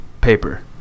paper